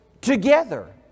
together